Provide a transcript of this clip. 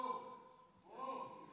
וואו, וואו.